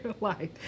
life